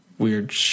Weird